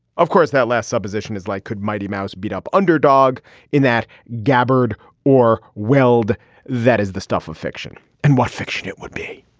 of course that last supposition is like mighty mouse beat up underdog in that gabbard or weld that is the stuff of fiction and what fiction it would be.